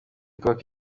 kubaka